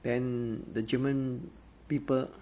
then the german people